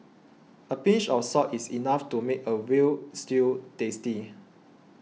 a pinch of salt is enough to make a Veal Stew tasty